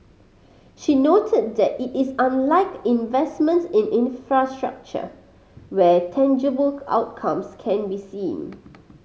she noted that it is unlike investments in infrastructure where tangible outcomes can be seen